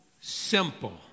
simple